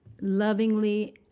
lovingly